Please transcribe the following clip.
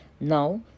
now